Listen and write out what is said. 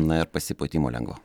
na ir pasipūtimo lengvo